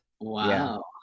Wow